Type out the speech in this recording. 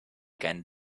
can